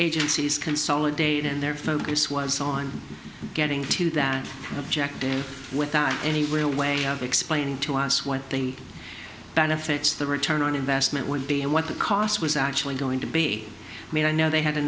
agencies consolidating their focus was on getting to that object without any real way of explaining to us what the benefits the return on investment would be and what the cost was actually going to be made i know they had a